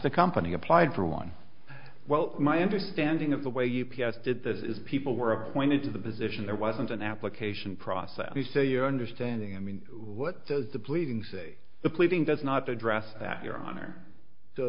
the company applied for one well my understanding of the way u p s did this is people were appointed to the position there was an application process you say your understanding i mean what is the bleeding say the pleading does not address that your honor so